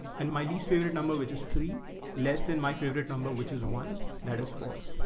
and my least favorite number, which is three less than my favorite number, which is one that is false.